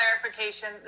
clarification